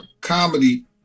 comedy